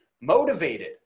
motivated